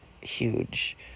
huge